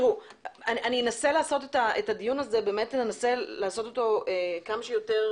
אנסה לעשות את הדיון הזה כמה שיותר